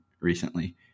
recently